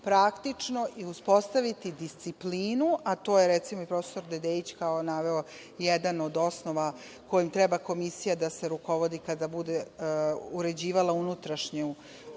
praktično i uspostaviti disciplinu a to je profesor Dedeić naveo kao jedan od osnova kojim treba komisija da se rukovodi kada bude uređivala unutrašnju,